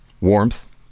warmth